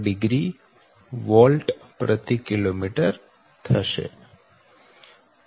4º volt kilometre થશે